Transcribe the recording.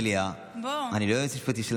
ייעוץ משפטי,